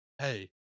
hey